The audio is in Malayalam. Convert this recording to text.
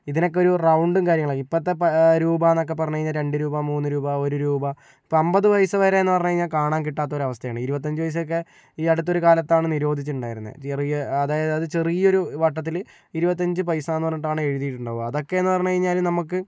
ഇതിനൊക്കെ ഒരു റൌണ്ടും കാര്യങ്ങളും ഇപ്പോഴത്തെ രൂപ എന്നൊക്കെ പറഞ്ഞു കഴിഞ്ഞാൽ രണ്ട് രൂപ മൂന്ന് രൂപ ഒരു രൂപ ഇപ്പോൾ അമ്പതു പൈസ വരെ എന്നു പറഞ്ഞു കഴിഞ്ഞാൽ കാണാന് കിട്ടാത്തൊരവസ്ഥയാണ് ഇരുപത്തഞ്ചു പൈസയൊക്കെ ഈ അടുത്തൊരു കാലത്താണു നിരോധിച്ചിട്ടുണ്ടായിരുന്നത് ചെറിയ അതായത് അത് ചെറിയൊരു വട്ടത്തില് ഇരുപത്തഞ്ച് പൈസയെന്നു പറഞ്ഞിട്ടാണു എഴുതിയിട്ടുണ്ടാവുക അതൊക്കെയെന്നു പറഞ്ഞു കഴിഞ്ഞാൽ നമ്മൾക്ക്